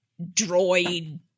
droid